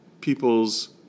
people's